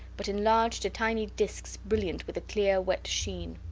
but enlarged to tiny discs brilliant with a clear wet sheen.